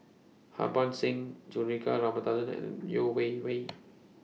Harbans Singh Juthika Ramanathan and Yeo Wei Wei